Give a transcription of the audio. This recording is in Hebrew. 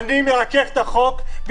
-- אני מרכך את החוק.